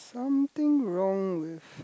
something wrong with